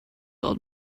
old